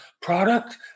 product